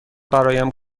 برایم